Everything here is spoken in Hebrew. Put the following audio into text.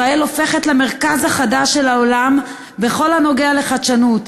ישראל הופכת למרכז החדש של העולם בכל הנוגע לחדשנות,